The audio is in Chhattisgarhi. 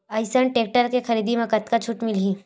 आइसर टेक्टर के खरीदी म कतका छूट मिलही?